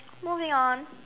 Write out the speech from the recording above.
moving on